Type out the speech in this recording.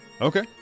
Okay